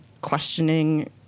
questioning